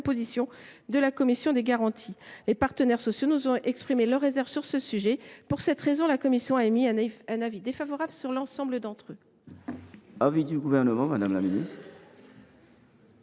de la commission des garanties. Les partenaires sociaux nous ont fait part de leurs réserves à ce sujet. Pour cette raison, la commission émet un avis défavorable sur l’ensemble de ces